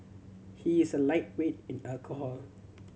he is a lightweight in alcohol